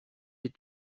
les